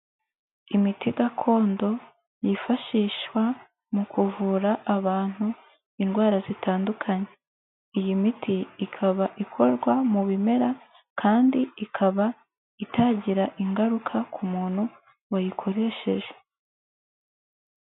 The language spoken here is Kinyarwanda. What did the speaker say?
Imiti gakondo yifashishwa mu kuvura abantu indwara zitandukanye. Iyi miti ikaba ikorwa mu bimera kandi ikaba itagira ingaruka ku muntu wayikoresheje.